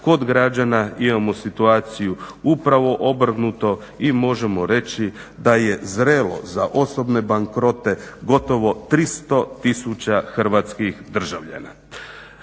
Kod građana imamo situaciju upravo obrnuto i možemo reći da je zrelo za osobne bankrote gotovo 300 tisuća hrvatskih državljana.